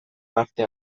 parte